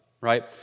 right